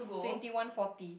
twenty one forty